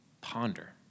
ponder